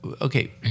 okay